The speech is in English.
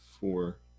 four